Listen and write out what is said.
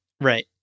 Right